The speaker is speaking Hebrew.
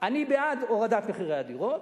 אני בעד הורדת מחירי הדירות,